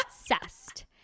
obsessed